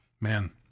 man